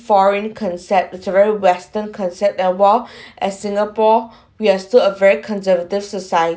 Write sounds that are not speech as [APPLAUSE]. foreign concept is a very western concept and while [BREATH] at singapore we are still a very conservative society